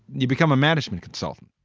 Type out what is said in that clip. you become a management consultant.